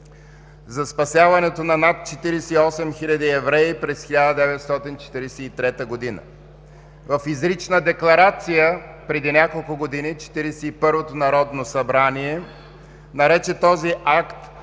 за спасяването на над 48 хиляди евреи през 1943 г. В изрична декларация преди няколко години Четиридесет и първото Народно събрание нарече този акт